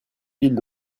villes